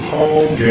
Home